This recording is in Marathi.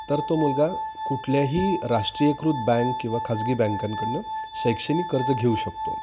तर तो मुलगा कुठल्याही राष्ट्रीयकृत बँक किंवा खाजगी बँकांकडून शैक्षणिक कर्ज घेऊ शकतो